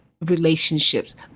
relationships